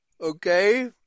okay